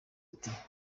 ati